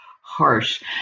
harsh